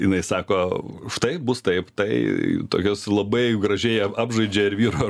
jinai sako štai bus taip tai tokios labai gražiai apžaidžia ir vyro